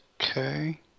Okay